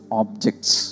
objects